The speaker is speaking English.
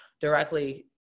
directly